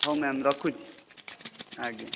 ହଉ ମ୍ୟାମ୍ ରଖୁଛି ଆଜ୍ଞା